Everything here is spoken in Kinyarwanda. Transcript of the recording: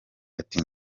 ati